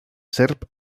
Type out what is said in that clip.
serp